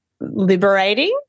liberating